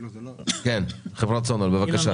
בבקשה.